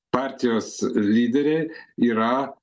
partijos lyderiai yra